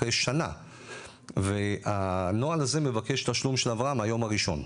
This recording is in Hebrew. אחרי שנה והנוהל הזה מבקש תשלום של הבראה מהיום הראשון,